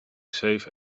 safe